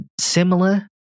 similar